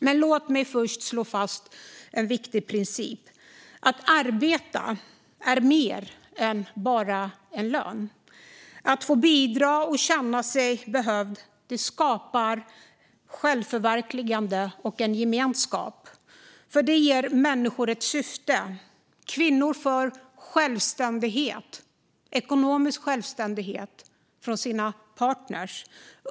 Men låt mig först slå fast en viktig princip. Att arbeta innebär mer än bara en lön. Att få bidra och känna sig behövd skapar ett självförverkligande och en gemenskap, för det ger människor ett syfte. Kvinnor får ekonomisk självständighet från sina partner.